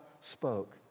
spoke